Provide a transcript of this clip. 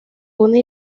una